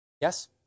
Yes